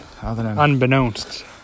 Unbeknownst